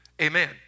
Amen